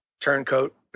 Turncoat